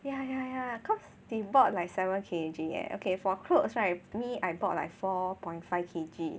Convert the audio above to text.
ya ya ya cause they bought like seven K_G eh okay for clothes right me I bought like four point five K_G